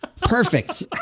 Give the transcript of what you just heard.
Perfect